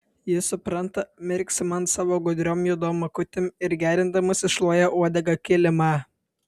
jis supranta mirksi man savo gudriom juodom akutėm ir gerindamasis šluoja uodega kilimą